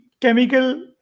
chemical